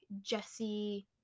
Jesse